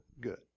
good